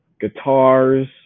guitars